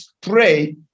pray